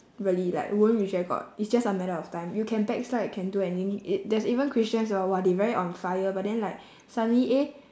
really like won't reject god it's just a matter of time you can backslide can do anything it there's even christians who are !wah! they very on fire but then like suddenly eh